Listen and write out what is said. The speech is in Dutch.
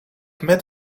met